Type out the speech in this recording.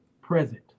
present